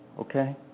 Okay